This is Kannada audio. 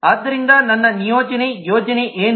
ಆದ್ದರಿಂದ ನನ್ನ ನಿಯೋಜನೆ ಯೋಜನೆ ಏನು